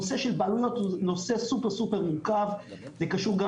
נושא של בעלויות זה נושא סופר מורכב וקשור גם